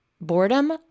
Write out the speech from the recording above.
Boredom